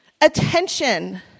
Attention